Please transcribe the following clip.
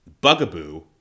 bugaboo